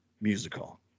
musical